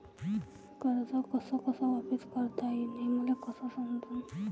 कर्ज कस कस वापिस करता येईन, हे मले कस समजनं?